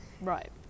Right